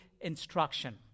instruction